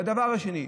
הדבר השני,